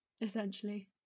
essentially